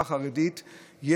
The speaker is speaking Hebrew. שבחברה החרדית,